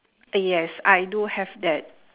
eh yes I do have that